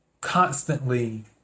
constantly